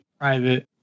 private